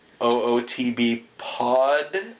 OOTBpod